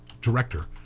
director